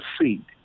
seed